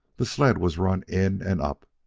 the sled was run in and up.